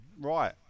right